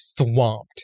thwomped